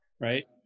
right